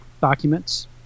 documents